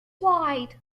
wide